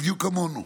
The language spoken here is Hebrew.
בדיוק כמונו.